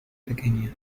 pequeña